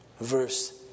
verse